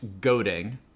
goading